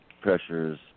pressures